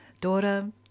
daughter